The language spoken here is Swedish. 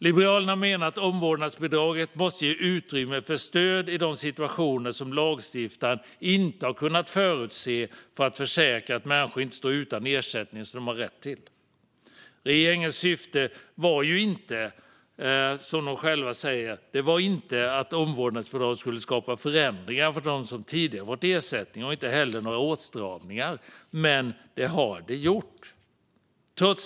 Liberalerna menar att omvårdnadsbidraget måste ge utrymme för stöd i de situationer som lagstiftaren inte kunnat förutse för att försäkra att människor inte står utan ersättning som de har rätt till. Regeringens syfte var ju inte, enligt vad de själva säger, att omvårdnadsbidraget skulle ge upphov till förändringar eller åtstramningar för dem som tidigare fått ersättning. Men det har det gjort.